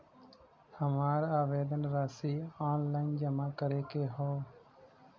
हमार आवेदन राशि ऑनलाइन जमा करे के हौ?